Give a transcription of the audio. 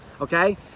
okay